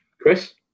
Chris